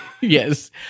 Yes